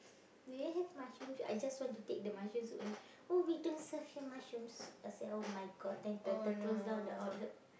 do you have mushroom soup I just want to take the mushroom soup and oh we don't serve here mushroom soup I say !oh-my-god! then better close down the outlet